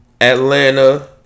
Atlanta